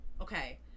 okay